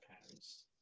parents